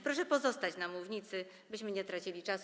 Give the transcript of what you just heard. Proszę pozostać na mównicy, byśmy nie tracili czasu.